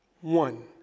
one